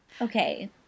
okay